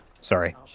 Sorry